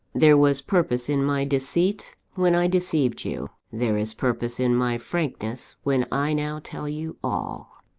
there was purpose in my deceit, when i deceived you there is purpose in my frankness, when i now tell you all.